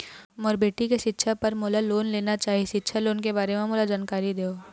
मोर बेटी के सिक्छा पर मोला लोन चाही सिक्छा लोन के बारे म मोला जानकारी देव?